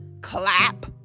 clap